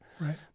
Right